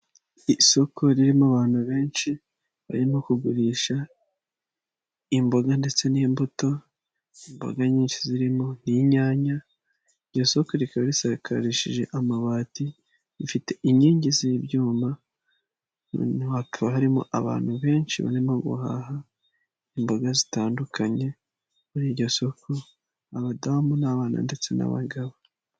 Isoko ririmo abantu benshi barimo kugurisha, imboga ndetse n'imbuto imboga nyinshi zirimo n'inyanya iryo soko rikaba risakarishije amabati bifite inkingi z'ibyuma hakaba harimo abantu benshi barimo guhaha imboga zitandukanye, muri iryo soko abadamu n'abana ndetse n'abagabo.